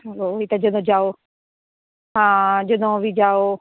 ਓਹੀ ਤਾਂ ਜਦੋਂ ਜਾਓ ਹਾਂ ਜਦੋਂ ਵੀ ਜਾਓ